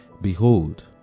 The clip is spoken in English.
behold